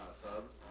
subs